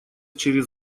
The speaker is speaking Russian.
через